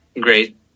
great